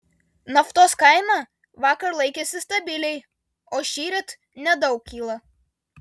naftos kaina vakar laikėsi stabiliai o šįryt nedaug kyla